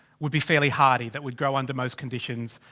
would be fairly hardy, that would grow under most conditions.